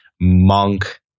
Monk